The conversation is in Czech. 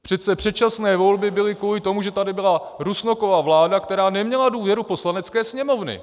Přece předčasné volby byly kvůli tomu, že tady byla Rusnokova vláda, která neměla důvěru Poslanecké sněmovny.